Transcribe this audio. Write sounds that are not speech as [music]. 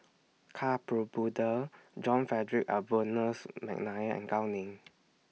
Ka [unintelligible] John Frederick Adolphus Mcnair and Gao Ning